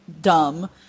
dumb